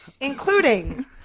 Including